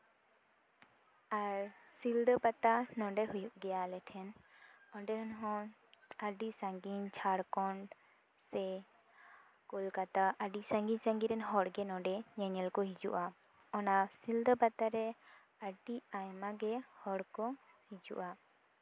ᱟᱨ ᱥᱤᱞᱫᱟᱹ ᱯᱟᱛᱟ ᱱᱚᱰᱮ ᱦᱩᱭᱩᱜ ᱜᱮᱭᱟ ᱟᱞᱮ ᱴᱷᱮᱱ ᱱᱚᱰᱮ ᱦᱚᱸ ᱟᱹᱰᱤ ᱥᱟᱺᱜᱤᱧ ᱡᱷᱟᱲᱠᱷᱚᱸᱰ ᱥᱮ ᱠᱳᱞᱠᱟᱛᱟ ᱟᱹᱰᱤ ᱥᱟᱺᱜᱤᱧ ᱥᱟᱺᱜᱤᱧ ᱨᱮᱱ ᱦᱚᱲᱜᱮ ᱱᱚᱰᱮ ᱧᱮᱧᱮᱞ ᱠᱚ ᱦᱤᱡᱩᱜᱼᱟ ᱚᱱᱟ ᱥᱤᱞᱫᱟᱹ ᱯᱟᱛᱟᱨᱮ ᱟᱹᱰᱤ ᱟᱭᱢᱟᱜᱮ ᱦᱚᱲ ᱠᱚ ᱦᱤᱡᱩᱜᱼᱟ